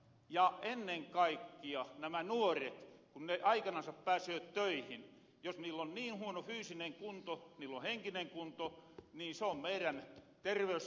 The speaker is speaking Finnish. ja ennen kaikkia nämä nuoret kun ne aikanansa pääsöö töihin jos niillä on niin huono fyysinen kunto henkinen kunto niin se on meirän terveysjärjestelmämme iso riski